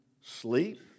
sleep